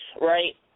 right